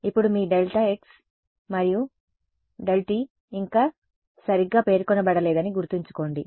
ఇప్పుడు మీ Δx మరియు Δt ఇంకా సరిగ్గా పేర్కొనబడలేదని గుర్తుంచుకోండి